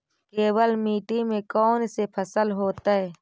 केवल मिट्टी में कौन से फसल होतै?